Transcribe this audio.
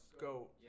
go